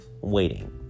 waiting